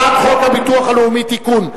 הצעת חוק הביטוח הלאומי (תיקון,